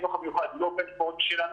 החינוך המיוחד לא --- שלנו,